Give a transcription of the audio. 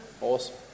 awesome